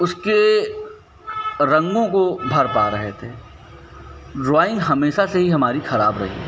उसके रंगों को भर पा रहे थे ड्रॉइंग हमेशा से ही हमारी खराब रही है